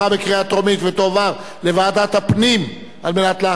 לדיון מוקדם בוועדת הפנים והגנת הסביבה